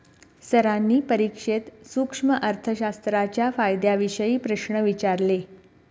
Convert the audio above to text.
सरांनी परीक्षेत सूक्ष्म अर्थशास्त्राच्या फायद्यांविषयी प्रश्न विचारले